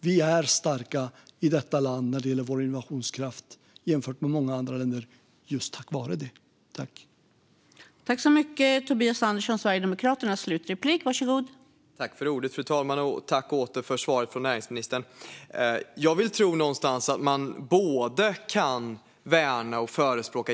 Vi är starka i detta land när det gäller vår innovationskraft, jämfört med hur det är i många andra länder, just tack vare det som jag har nämnt.